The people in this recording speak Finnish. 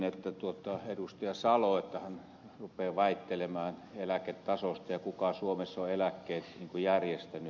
salo kertoi että hän rupeaa väittelemään eläketasosta ja kuka suomessa on eläkkeet järjestänyt